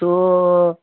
তো